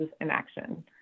inaction